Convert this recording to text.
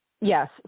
Yes